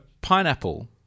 pineapple